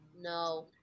No